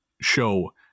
show